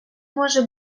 може